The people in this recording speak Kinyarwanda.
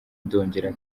ndongera